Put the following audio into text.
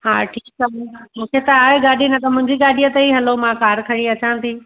हा ठीकु आहे मूंखे त आहे गाॾी न त मुंहिंजी गाॾीअ ते हलो मां कार खणी अचां थी